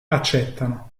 accettano